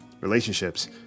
relationships